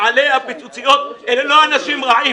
בעלי הפיצוציות אלה לא אנשים רעים.